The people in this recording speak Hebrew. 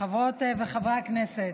חברות וחברי הכנסת,